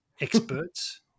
experts